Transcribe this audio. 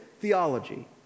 theology